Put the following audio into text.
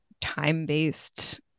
time-based